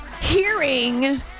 hearing